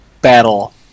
battle